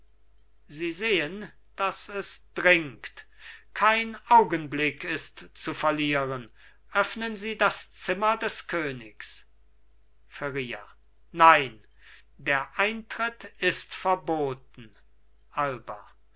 sie sehen daß es dringt kein augenblick ist zu verlieren öffnen sie das zimmer des königs feria nein der eintritt ist verboten alba